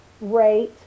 rate